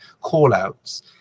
call-outs